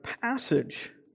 passage